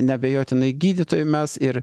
neabejotinai gydytojai mes ir